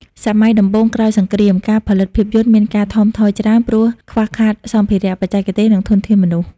សម័យដំបូងក្រោយសង្គ្រាម ការផលិតភាពយន្តមានការថមថយច្រើន ព្រោះខ្វះខាតសម្ភារៈ បច្ចេកទេស និងធនធានមនុស្ស។